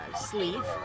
sleeve